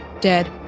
dead